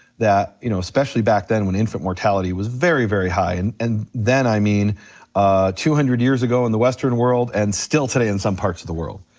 you know especially back then when infant mortality was very very high, and and then i mean two hundred years ago in the western world and still today in some parts of the world.